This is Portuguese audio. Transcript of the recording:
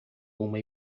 uma